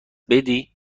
بدی